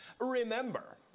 Remember